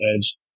edge